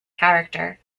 character